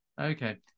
Okay